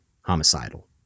homicidal